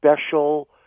special